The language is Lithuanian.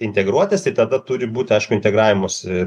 integruotis tai tada turi būti aišku integravimosi